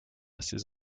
ces